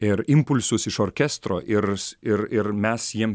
ir impulsus iš orkestro ir ir ir mes jiem